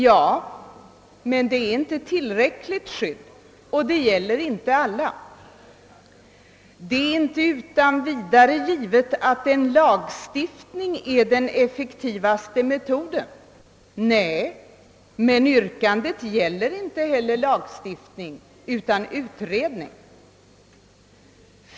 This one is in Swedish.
Ja, men skyddet är inte tillräckligt, och det gäller inte alla. »Det är emellertid inte utan vidare givet att lagstiftning är den effektivaste metoden.» Nej, men yrkandet gäller inte heller lagstiftning utan utredning.